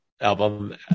album